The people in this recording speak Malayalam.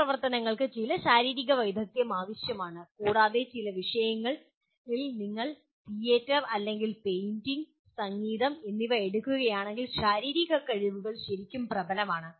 ചില പ്രവർത്തനങ്ങൾക്ക് ചില ശാരീരിക വൈദഗ്ദ്ധ്യം ആവശ്യമാണ് കൂടാതെ ചില വിഷയങ്ങളിൽ നിങ്ങൾ തിയേറ്റർ അല്ലെങ്കിൽ പെയിന്റിംഗ് സംഗീതം എന്നിവ എടുക്കുകയാണെങ്കിൽ ശാരീരിക കഴിവുകൾ ശരിക്കും പ്രബലമാണ്